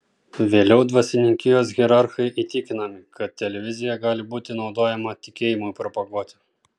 vėliau dvasininkijos hierarchai įtikinami kad televizija gali būti naudojama tikėjimui propaguoti